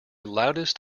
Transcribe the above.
loudest